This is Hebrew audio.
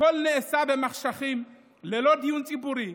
הכול נעשה במחשכים וללא דיון ציבורי,